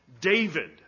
David